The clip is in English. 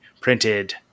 printed